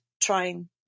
trying